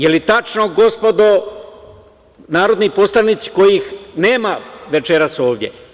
Da li je tačno, gospodo, narodni poslanici, kojih nema večeras ovde?